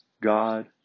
god